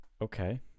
okay